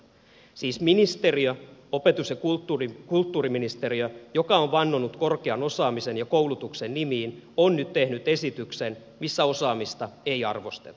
siis ministeriö opetus ja kulttuuriministeriö joka on vannonut korkean osaamisen ja koulutuksen nimiin on nyt tehnyt esityksen missä osaamista ei arvosteta